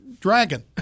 dragon